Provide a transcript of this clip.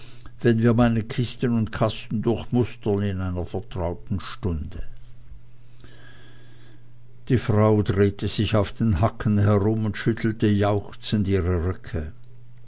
wenn wir meine kisten und kasten durchmustern in einer vertrauten stunde die frau drehte sich auf den hacken herum und schüttelte jauchzend ihre röcke